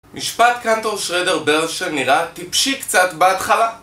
משפט קאנטור שרדר ברנשטיין נראה טיפשי קצת בהתחלה